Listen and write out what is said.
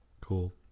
Cool